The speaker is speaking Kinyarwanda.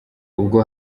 ubwo